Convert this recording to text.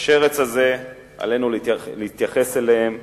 והשרץ הזה, עלינו להתייחס אליו במהירות,